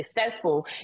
successful